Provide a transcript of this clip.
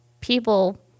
people